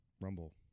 Rumble